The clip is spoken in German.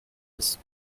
ist